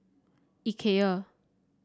Ikea